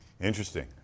Interesting